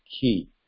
key